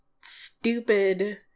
stupid